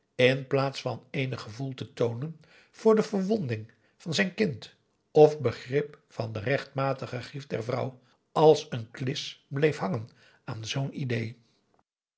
in plaats van eenig gevoel te toonen voor de verwonding van zijn kind of begrip van de rechtmatige grief der vrouw als een klis bleef hangen aan zoo'n idee